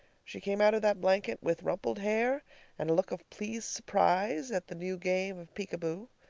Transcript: she came out of that blanket with rumpled hair and a look of pleased surprise at the new game of peek-a-boo.